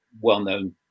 well-known